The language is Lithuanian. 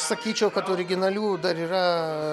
sakyčiau kad originalių dar yra